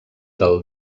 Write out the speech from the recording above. del